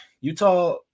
Utah